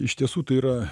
iš tiesų tai yra